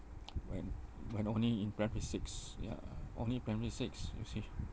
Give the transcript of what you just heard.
when when only in primary six ya only primary six you see